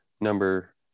number